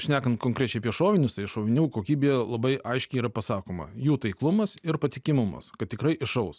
šnekant konkrečiai apie šovinius tai šovinių kokybė labai aiškiai yra pasakoma jų taiklumas ir patikimumas kad tikrai iššaus